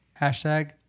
Hashtag